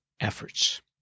efforts